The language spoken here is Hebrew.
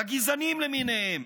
לגזענים למיניהם.